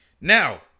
Now